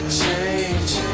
change